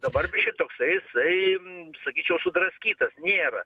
dabar be šitoksais ein sakyčiau sudraskytas nėra